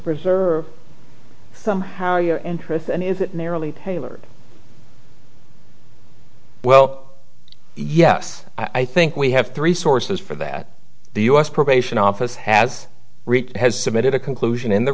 preserve somehow your interest and if it narrowly tailored well yes i think we have three sources for that the u s probation office has has submitted a conclusion in the